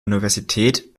universität